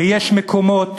שיש מקומות